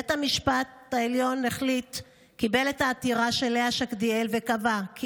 בית המשפט העליון קיבל את העתירה של לאה שקדיאל וקבע כי